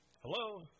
Hello